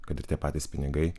kad ir tie patys pinigai